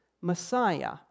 Messiah